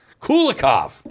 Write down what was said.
Kulikov